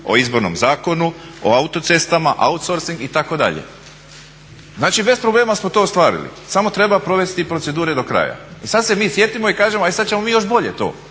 o izbornom zakonu, o autocestama, outsourcing itd. Znači bez problema smo to ostvarili, samo treba provesti procedure do kraja. I sad se mi sjetimo i kažemo e sad ćemo mi još bolje to